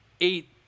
eight